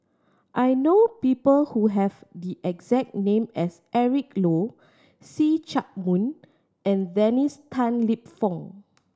I know people who have the exact name as Eric Low See Chak Mun and Dennis Tan Lip Fong